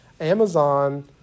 Amazon